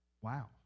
Wow